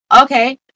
Okay